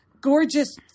gorgeous